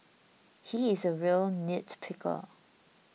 he is a real nitpicker